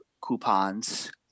coupons